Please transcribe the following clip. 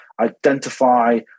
identify